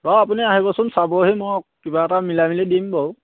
বাৰু আপুনি আহিবচোন চাবহি মই কিবা এটা মিলাই মেলি দিম বাৰু